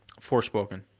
forespoken